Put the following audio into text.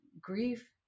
Grief